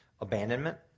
Abandonment